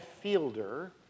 Fielder